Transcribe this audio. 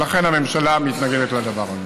ולכן הממשלה מתנגדת לדבר הזה.